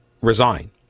resign